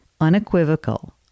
unequivocal